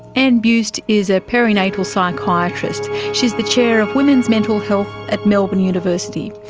anne buist is a perinatal psychiatrist, she's the chair of women's mental health at melbourne university.